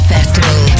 Festival